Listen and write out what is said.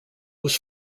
was